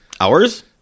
Hours